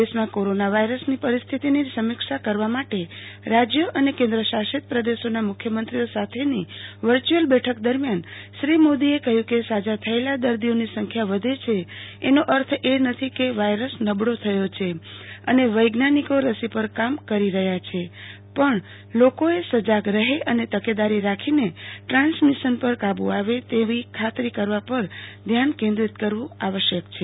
દેશમાં કોરોના વાયરસની પરિસ્થિતિની સમીક્ષા કરવા માટે રાજ્યો અને કેન્દ્રશાસીત પ્રદેશોના મુખ્યમંત્રીઓ સાથેની વરચ્યુઅલ બેઠક દરમિયાન શ્રી મોદીએ કહ્યું કે સાજા થયેલા દર્દીઓની સંખ્યા વધે છે એનો અર્થ એ નથી કે વાયરસ નબળો થયો છે અને વૈજ્ઞાનિકો રસી પર કામ કરી રહ્યા છે પણ લોકોએ સજાગ રહે અને તકેદારી રાખીને ટ્રાન્સમીશન પર કાબુ આવે તેની ખાતરી કરવા પર ધ્યાન કેન્દ્રિત કરવું આવશ્કય છે